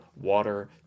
water